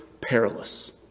perilous